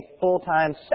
full-time